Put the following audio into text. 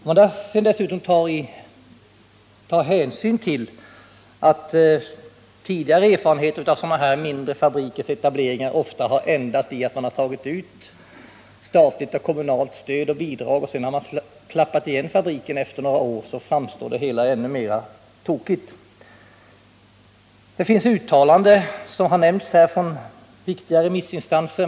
Om man dessutom tar hänsyn till att sådana här mindre företags etableringar ofta har ändat i att företagaren, efter att ha tagit ut statliga och kommunala bidrag, klappat igen fabriken efter några år, så framstår det hela som ännu mera tokigt. Det finns, som nämnts, uttalanden från flera viktiga instanser.